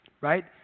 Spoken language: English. right